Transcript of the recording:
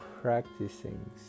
practicing